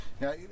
now